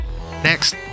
Next